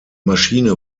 maschine